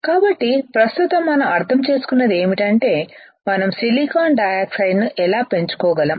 కాబట్టి ప్రస్తుతం మనం అర్థం చేసుకున్నది ఏమిటంటే మనం సిలికాన్ డయాక్సైడు ను ఎలా పెంచుకోగలం